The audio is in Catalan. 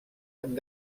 amb